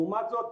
לעומת זאת,